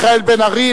מיכאל בן-ארי,